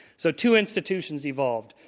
so two institutions evolved,